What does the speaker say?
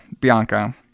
Bianca